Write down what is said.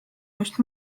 just